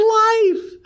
life